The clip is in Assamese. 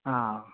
অঁ